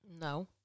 No